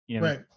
Right